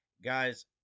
Guys